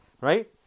right